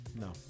No